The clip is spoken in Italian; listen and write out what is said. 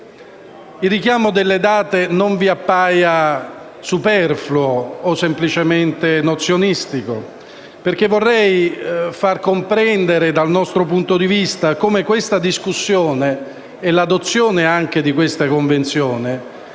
Il richiamo delle date non vi appaia superfluo o semplicemente nozionistico perché vorrei far comprendere, dal nostro punto di vista, come questa discussione e l'adozione anche di questa Convenzione